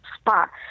spot